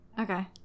Okay